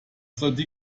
sollte